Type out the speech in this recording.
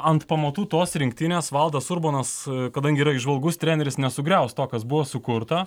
ant pamatų tos rinktinės valdas urbonas kadangi yra įžvalgus treneris nesugriaus to kas buvo sukurta